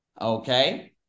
Okay